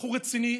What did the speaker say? בחור רציני,